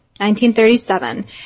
1937